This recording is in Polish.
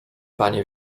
panie